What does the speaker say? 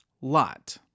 Lot